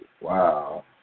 wow